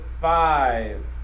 five